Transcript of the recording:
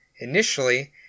Initially